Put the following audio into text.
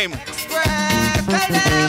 Express, baby.